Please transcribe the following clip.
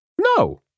No